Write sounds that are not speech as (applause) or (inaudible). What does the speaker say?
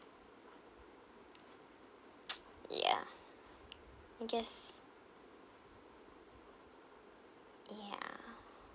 (noise) ya I guess ya